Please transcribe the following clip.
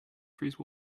freeze